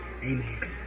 Amen